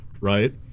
Right